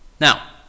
Now